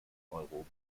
euro